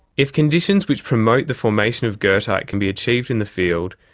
if conditions which promote the formation of goethite can be achieved in the field,